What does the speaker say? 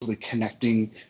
connecting